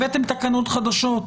הבאתם תקנות חדשות,